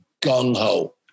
gung-ho